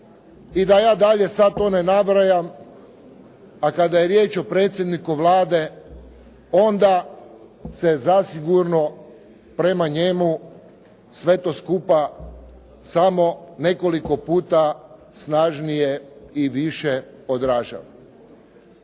i da ja dalje sad to ne nabrajam, a kada je riječ o predsjedniku Vlade onda se zasigurno prema njemu sve to skupa samo nekoliko puta snažnije i više odražava.